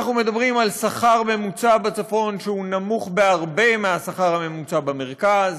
אנחנו מדברים על שכר ממוצע בצפון שהוא נמוך בהרבה מהשכר הממוצע במרכז,